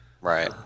Right